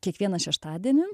kiekvieną šeštadienį